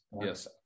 yes